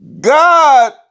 God